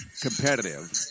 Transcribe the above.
competitive